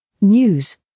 News